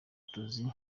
tuzi